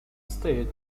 stayed